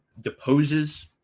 deposes